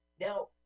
Now –